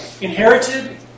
inherited